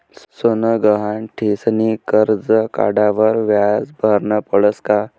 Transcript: सोनं गहाण ठीसनी करजं काढावर व्याज भरनं पडस का?